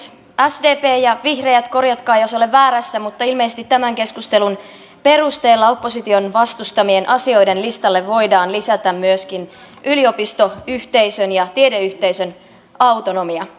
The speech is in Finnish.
sdp ja vihreät korjatkaa jos olen väärässä mutta ilmeisesti tämän keskustelun perusteella opposition vastustamien asioiden listalle voidaan lisätä myöskin yliopistoyhteisön ja tiedeyhteisön autonomia